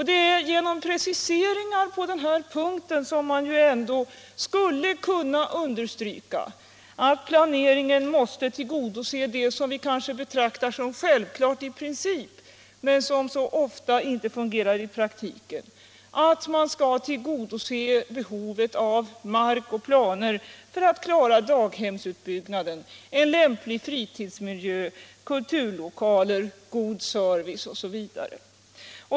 Det är genom preciseringar på den här punkten som man ju ändå skulle kunna understryka att planeringen måste tillgodose det som vi kanske betraktar som självklart i princip men som så ofta inte fungerar i praktiken, nämligen att man skall tillgodose behovet av mark och planer för att klara daghemsutbyggnaden, en lämplig fritidsmiljö, kulturlokaler, god service osv.